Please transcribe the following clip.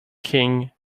king